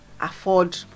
afford